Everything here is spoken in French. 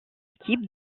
équipe